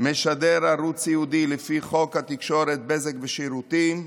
משדר ערוץ ייעודי לפי חוק התקשורת (בזק ושידורים),